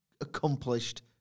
accomplished